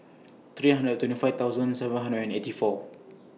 three hundred and twenty five thousand seven hundred and eighty four